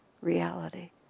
reality